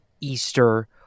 Easter